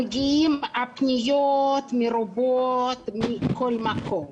מגיעות פניות מרובות מכל מקום.